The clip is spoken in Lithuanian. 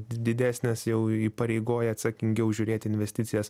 didesnės jau įpareigoja atsakingiau žiūrėt į investicijas